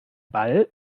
ball